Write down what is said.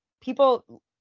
people